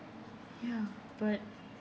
ya but